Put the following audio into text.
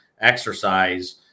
exercise